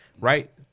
right